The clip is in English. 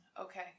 Okay